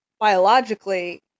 biologically